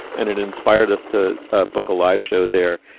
and it inspired us to ah book a live show there.